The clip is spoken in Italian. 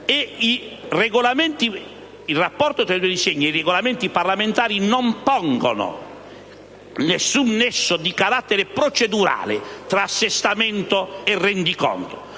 di contabilità) - i Regolamenti parlamentari non pongono nessun nesso di carattere procedurale tra assestamento e rendiconto,